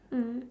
mm